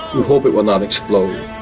we hope it will not explode.